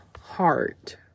heart